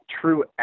true